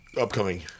upcoming